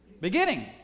beginning